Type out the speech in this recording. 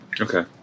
okay